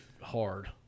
hard